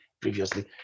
previously